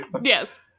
yes